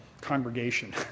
congregation